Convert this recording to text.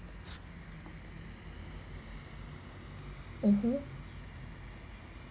(uh huh)